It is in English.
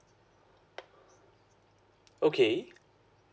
okay